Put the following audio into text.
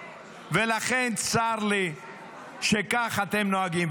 ולכן, צר לי שכך אתם נוהגים.